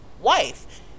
wife